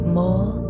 more